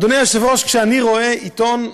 אדוני היושב-ראש, כשאני רואה עיתון שהולך,